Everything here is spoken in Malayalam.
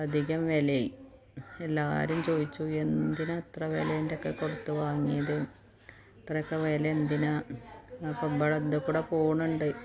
അധികം വിലയും എല്ലാവരും ചോദിച്ചു എന്തിനാ ഇത്ര വിലൻ്റെ ഒക്കെ കൊടുത്ത് വാങ്ങിയത് ഇത്രയൊക്കെ വില എന്തിനാ അപ്പം ഇവിടെ ഇതിൽക്കൂടെ പോകുന്നുണ്ട്